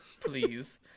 please